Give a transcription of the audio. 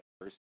first